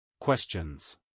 Questions